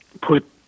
put